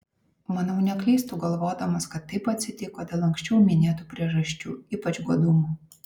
manau neklystu galvodamas kad taip atsitiko dėl anksčiau minėtų priežasčių ypač godumo